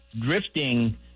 drifting